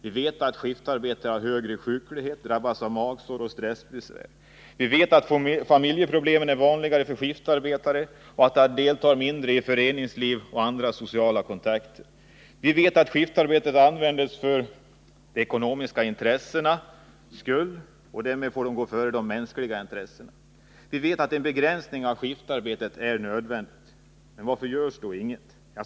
Vi vet också att skiftarbetare har högre sjuklighet samt drabbas av magsår och stressbesvär. Familjeproblem är vanligare för skiftarbetare, och de deltar mindre i föreningsliv och andra sociala kontakter. Vi vet att skiftarbetet används för det ekonomiska intressets skull och att detta intresse får gå före det mänskliga intresset. En begränsning av skiftarbetet är därför nödvändig. Varför görs då ingenting?